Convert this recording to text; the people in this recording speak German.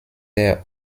der